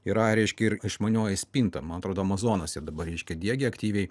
yra reiškia ir išmanioji spinta man atrodo amazonuose dabar reiškia diegia aktyviai